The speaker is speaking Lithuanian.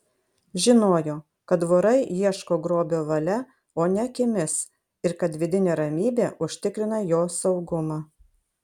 žinojo kad vorai ieško grobio valia o ne akimis ir kad vidinė ramybė užtikrina jo saugumą